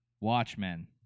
Watchmen